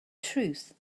truth